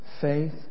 Faith